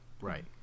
Right